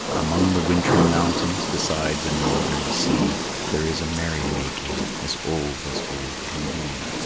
among the wintry mountains beside the northern sea there is a merrymaking, as old as old can be.